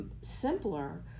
simpler